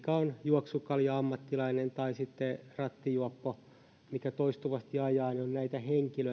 juoksukalja ammattilainen tai sitten rattijuoppo joka toistuvasti ajaa